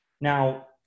Now